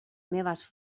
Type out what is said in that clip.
meves